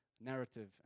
narrative